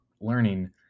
learning